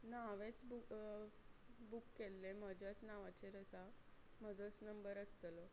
ना हांवेच बु बूक केल्ले म्हज्याच नांवाचेर आसा म्हजोच नंबर आसतलो